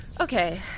Okay